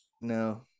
No